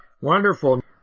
Wonderful